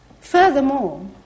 Furthermore